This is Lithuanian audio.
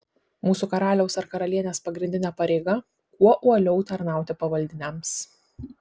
mūsų karaliaus ar karalienės pagrindinė pareiga kuo uoliau tarnauti pavaldiniams